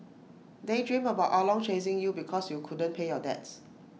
daydream about ah long chasing you because you couldn't pay your debts